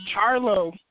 Charlo